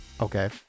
Okay